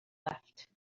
left